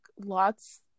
lots